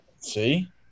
See